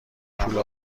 پول